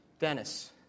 Dennis